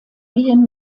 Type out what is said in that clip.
gehen